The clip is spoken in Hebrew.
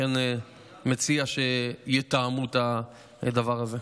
ולכן הוא מציע שיתאמו את הדבר הזה.